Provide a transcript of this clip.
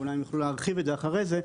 ואולי הם יוכלו להרחיב על כך אחרי כן,